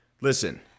listen